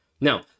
Now